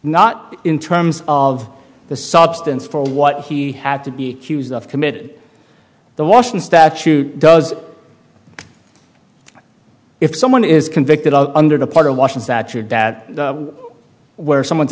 not in terms of the substance for what he had to be used of committed the washing statute does if someone is convicted under the part of washing saturated that where someone's